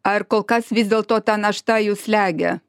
ar kol kas vis dėlto ta našta jus slegia